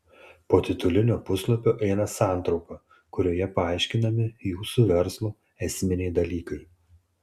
po titulinio puslapio eina santrauka kurioje paaiškinami jūsų verslo esminiai dalykai